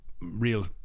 real